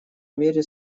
мере